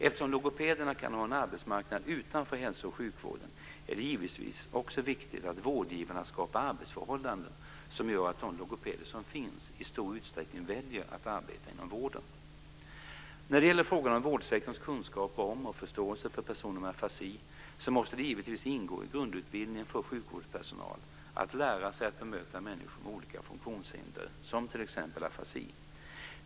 Eftersom logopederna kan ha en arbetsmarknad utanför hälso och sjukvården är det givetvis också viktigt att vårdgivarna skapar arbetsförhållanden som gör att de logopeder som finns i stor utsträckning väljer att arbeta inom vården. Vad gäller frågan om vårdsektorns kunskaper om och förståelse för personer med afasi så måste det givetvis ingå i grundutbildningen för sjukvårdspersonal att lära sig att bemöta människor med olika funktionshinder som t.ex. afasi.